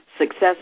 Success